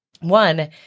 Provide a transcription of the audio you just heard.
one